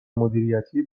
مدیریتی